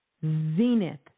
zenith